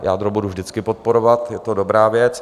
Jádro budu vždycky podporovat, je to dobrá věc.